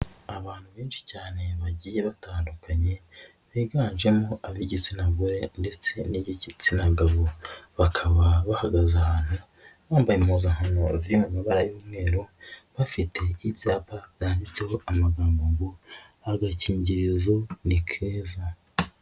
Abantu benshi cyane bagiye batandukanye biganjemo ab'igitsina gore ndetse n'igitsina gabo, bakaba bahagaze ahantu bambaye impuzankano ziri mu mabara y'umweru, bafite ibyapa byanditseho amagambo ngo agakingirizo ni keza.